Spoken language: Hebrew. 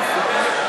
לא, לא,